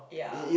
yeah